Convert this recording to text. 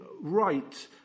right